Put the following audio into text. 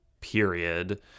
period